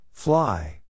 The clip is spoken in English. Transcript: Fly